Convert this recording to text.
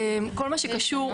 כל מה שקשור,